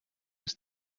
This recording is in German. bis